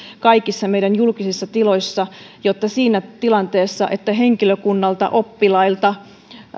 kaikissa meidän julkisissa tiloissamme jotta siinä tilanteessa kun henkilökunnalta oppilailta